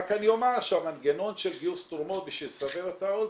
רק אני אומר שהמנגנון של גיוס תרומות בשביל לסבר את האוזן,